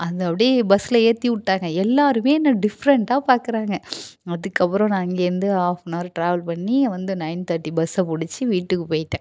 அது அப்படே பஸ்ல ஏற்றி விட்டாங்க எல்லாருமே என்ன டிஃப்ரெண்ட்டாக பார்க்குறாங்க அதுக்கப்புறம் நான் அங்கேருந்து ஆஃப்அன்அவர் ட்ராவல் பண்ணி வந்து நயன் தேர்ட்டி பஸ்ஸ பிடிச்சி வீட்டுக்கு போயிட்டேன்